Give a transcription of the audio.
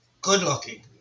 good-looking